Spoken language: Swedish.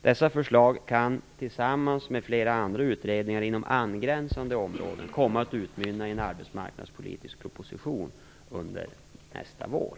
Dessa förslag kan - tillsammans med flera andra utredningar inom angränsande områden - komma att utmynna i en arbetsmarknadspolitisk proposition under nästa vår.